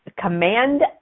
command